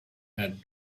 had